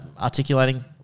articulating